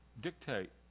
dictate